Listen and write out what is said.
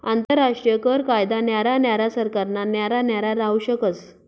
आंतरराष्ट्रीय कर कायदा न्यारा न्यारा सरकारना न्यारा न्यारा राहू शकस